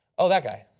oh, that guy.